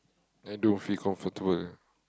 I don't feel comfortable